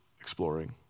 exploring